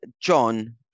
John